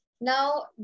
Now